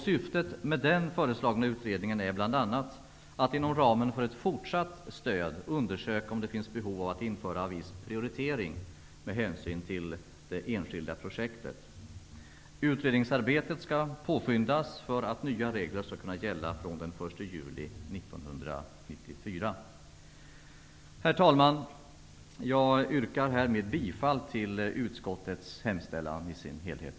Syftet med den föreslagna utredningen är bl.a. att inom ramen för ett fortsatt stöd undersöka om det finns behov av viss prioritering med hänsyn till det enskilda projektet. Utredningsarbetet skall påskyndas för att nya regler skall kunna gälla fr.o.m. den 1 juli 1994. Herr talman! Jag yrkar härmed bifall till utskottets hemställan i dess helhet.